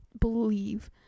believe